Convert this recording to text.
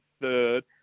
third